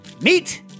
Meet